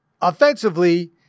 offensively